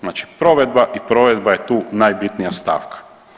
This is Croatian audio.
Znači provedba i provedba je tu najbitnija stavka.